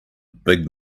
big